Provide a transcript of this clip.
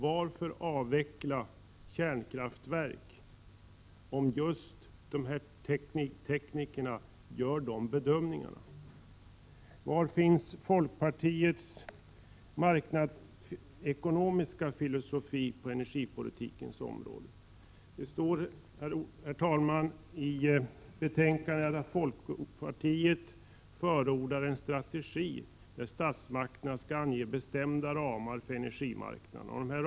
Varför avveckla kärnkraftverk om just dessa tekniker gör dessa bedömningar? Var finns folkpartiets marknadsekonomiska filosofi på energipolitikens område? Det står, herr talman, i betänkandet att folkpartiet förordar en strategi, där statsmakterna skall ange bestämda ramar för energimarknader 29 na.